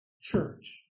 church